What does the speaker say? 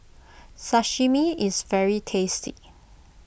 Sashimi is very tasty